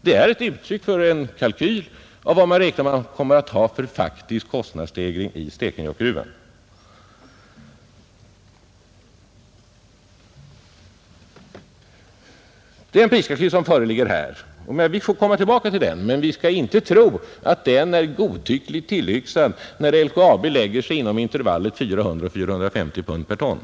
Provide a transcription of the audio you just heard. De är ett uttryck för en kalkyl av vad man räknar med att man kommer att ha i faktisk kostnadsstegring i Stekenjokkgruvan. Den prisuppgift som här föreligger får vi komma tillbaka till. Men ingen skall tro att det är godtyckligt tillyxat, när LKAB lägger sig inom intervallet 400-450 pund per ton.